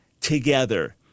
together